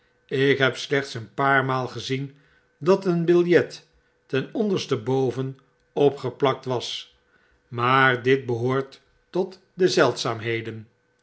ik heb slechts een paar maal gezien dat een biljet ten onderste boven opgeplakt was maar dit behoort tot de zeldzaamheden